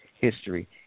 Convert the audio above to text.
history